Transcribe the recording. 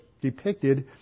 depicted